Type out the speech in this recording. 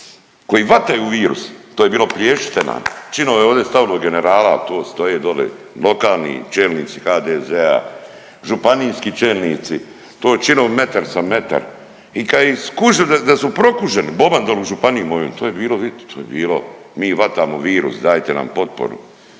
koji vataju virus, to je bilo plješćite nam, činove ovdje stavili od generala, a to stoje dole lokalni čelnici HDZ-a, županijski čelnici to činovi metar sa metar i kad ih skuže da su prokuženi Boban doli u županiji mojoj to je bilo …, mi vatamo virus dajte nam potporu.